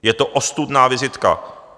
Je to ostudná vizitka.